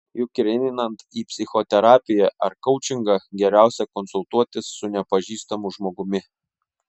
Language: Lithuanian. juk ir einant į psichoterapiją ar koučingą geriausia konsultuotis su nepažįstamu žmogumi